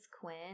quinn